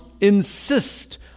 insist